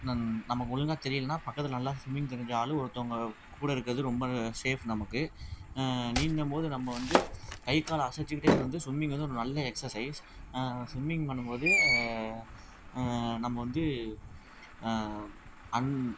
ந நமக்கு ஒழுங்கா தெரியலைன்னா பக்கத்தில் நல்லா ஸ்விம்மிங் தெரிஞ்ச ஆள் ஒருத்தங்கக் கூட இருக்கிறது ரொம்ப சேஃப் நமக்கு நீந்தும்போது நம்ம வந்து கைக்கால் அசைத்துக்கிட்டே வந்து ஸ்விம்மிங் வந்து ஒரு நல்ல எக்ஸசைஸ் ஸ்விம்மிங் பண்ணும்போது நம்ம வந்து அன்